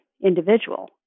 individual